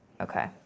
Okay